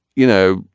you know,